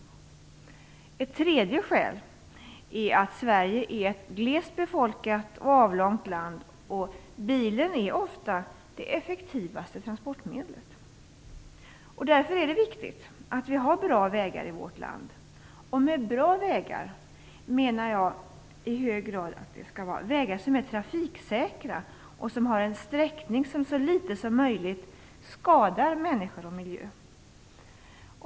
Ett tredje skäl är att Sverige är ett glest befolkat och avlångt land, där bilen ofta är det effektivaste transportmedlet. Det är därför viktigt att vi har bra vägar i vårt land, och med bra vägar menar jag i hög grad vägar som är trafiksäkra och som har en sträckning som så litet som möjligt skadar människor och miljö.